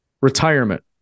retirement